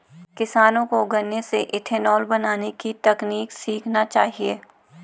किसानों को गन्ने से इथेनॉल बनने की तकनीक सीखना चाहिए